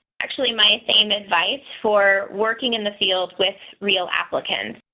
actually, my same advice for working in the field with real applicants.